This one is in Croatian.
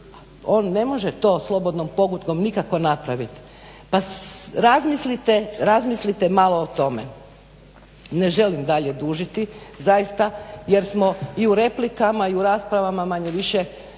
On ne može to slobodnom pogodbom nikako napraviti. Pa razmislite malo o tome. Ne želim dalje dužiti zaista jer smo i u replikama i u raspravama manje-više